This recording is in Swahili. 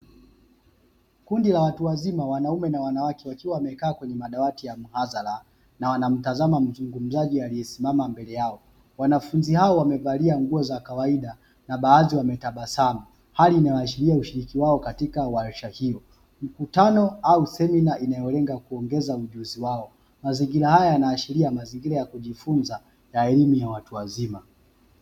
Kundi la watu wazima wanaume na wanawake, wakiwa wamekaa kwenye madawati ya mhadhara na wanamtazama mzungumzaji aliyesimama mbele yao. Wanafunzi hao wamevalia nguo za kawaida na baadhi ya wametabasamu. Hali inayoashiria ushiriki wao katika warsha hiyo. Mkutano au semina inayolenga kuongeza ujuzi wao. Mazingira haya yanaashiria mazingira ya kujifunza na elimu ya watu wazima.